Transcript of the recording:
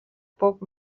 poc